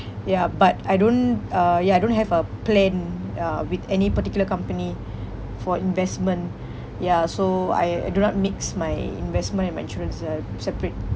ya but I don't uh ya I don't have a plan uh with any particular company for investment ya so I I do not mix my investment and my insurance uh separate